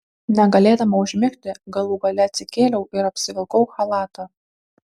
negalėdama užmigti galų gale atsikėliau ir apsivilkau chalatą